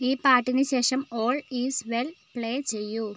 ഈ പാട്ടിന് ശേഷം ഓൾ ഈസ് വെൽ പ്ലേ ചെയ്യൂ